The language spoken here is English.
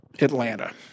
Atlanta